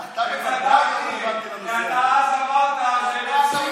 אתה הצבעת נגד כבר אז.